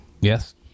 Yes